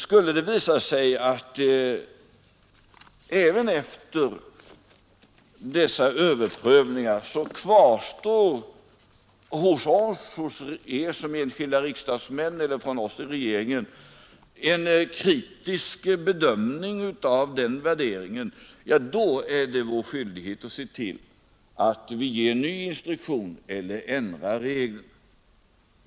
Skulle det visa sig att det även efter sådana överprövningar kvarstår — hos er såsom enskilda riksdagsmän eller hos oss i regeringen — en kritisk bedömning av värderingen, är det vår skyldighet att ge en ny instruktion eller att ändra reglerna.